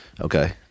Okay